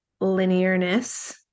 linearness